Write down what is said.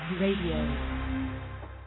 Radio